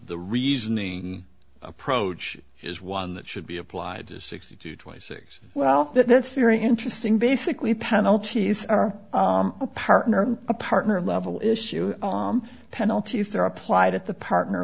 the reasoning approach is one that should be applied to sixty two twenty six well that's very interesting basically penalties are a partner a partner level issue penalties are applied at the partner